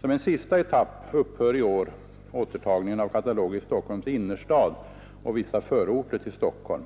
Som en sista etapp upphör i år återtagningen av kataloger i Stockholms innerstad och vissa förorter till Stockholm.